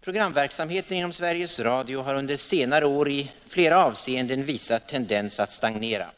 Programverksamheten inom Sveriges Radio har under senare år i flera avseenden visat tendens att stagnera.